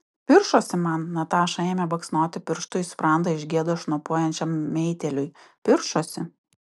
piršosi man nataša ėmė baksnoti pirštu į sprandą iš gėdos šnopuojančiam meitėliui piršosi